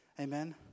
Amen